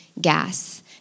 gas